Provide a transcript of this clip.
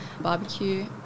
barbecue